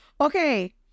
Okay